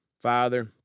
Father